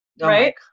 Right